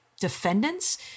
defendants